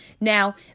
Now